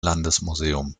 landesmuseum